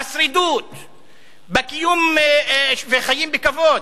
בשרידות, בקיום וחיים בכבוד,